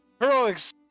heroics